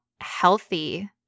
healthy